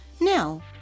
Now